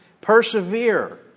Persevere